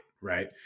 right